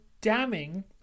damning